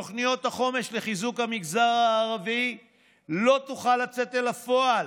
תוכנית החומש לחיזוק המגזר הערבי לא תוכל לצאת אל הפועל.